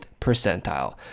percentile